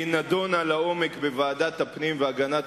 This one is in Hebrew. והיא נדונה לעומק בוועדת הפנים והגנת